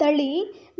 ತಳಿ